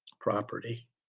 property